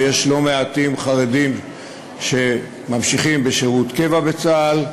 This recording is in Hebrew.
ויש לא מעטים חרדים שממשיכים בשירות קבע בצה"ל,